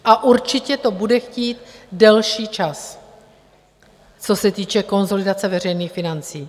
A určitě to bude chtít delší čas, co se týče konsolidace veřejných financí.